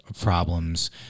problems